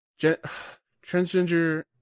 transgender